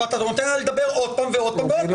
ואתה נותן לה לדבר עוד פעם ועוד פעם ועוד פעם.